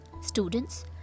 students